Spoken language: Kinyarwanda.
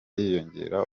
yiyongera